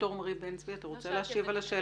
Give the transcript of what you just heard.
דוקטור עמרי בן צבי, אתה רוצה להשיב על השאלה?